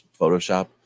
Photoshop